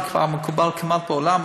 זה כבר מקובל בעולם,